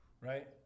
Right